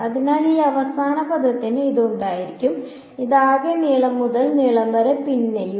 അതിനാൽ ഈ അവസാന പദത്തിന് ഇത് ഉണ്ടായിരിക്കും ഇത് ആകെ നീളം മുതൽ നീളം വരെയും പിന്നെയും